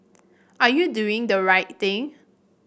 are you doing the right thing